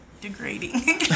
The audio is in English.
degrading